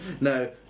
no